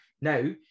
Now